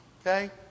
Okay